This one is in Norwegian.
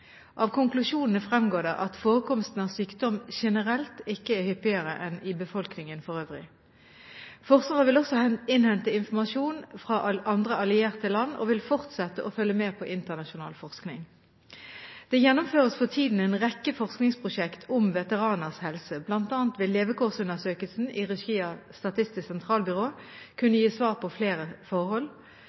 Av konklusjonene fremgår det at forekomsten av sykdom generelt ikke er hyppigere enn i befolkningen for øvrig. Forsvaret vil også innhente informasjon fra andre allierte land og vil fortsette å følge med på internasjonal forskning. Det gjennomføres for tiden en rekke forskningsprosjekter om veteraners helse, bl.a. vil levekårsundersøkelsen i regi av Statistisk sentralbyrå kunne gi svar på flere forhold.